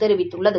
தெரிவித்துள்ளது